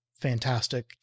Fantastic